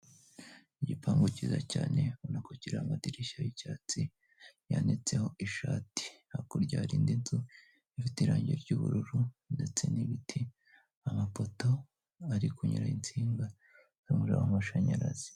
Igipangu cyiza cyane ubona ko kiraho amadirishya y'icyatsi yanitseho ishati, hakurya hari indi nzu ifite irangi ry'ubururu ndetse n'ibiti, amapoto ari kunyuraho insinga z'umuriro w'amashanyarazi.